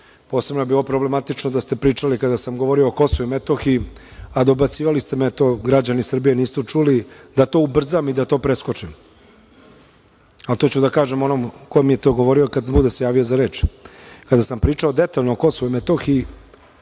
Posebno je bilo problematično da ste pričali kada sam govorio o Kosovu i Metohiji, a dobacivali ste mi. Eto građani Srbije nisu čuli. Da to ubrzam i da to preskočim. To ću da kažem onome ko mi je to govorio kada se bude javio za reč. Kada sam pričao detaljno o Kosovu i Metohiji